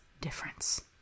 difference